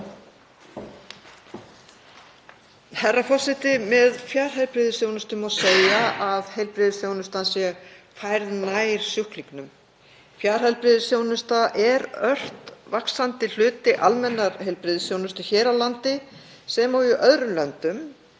Herra forseti. Með fjarheilbrigðisþjónustu má segja að heilbrigðisþjónustan sé færð nær sjúklingnum. Fjarheilbrigðisþjónusta er ört vaxandi hluti almennrar heilbrigðisþjónustu hér á landi sem og í öðrum löndum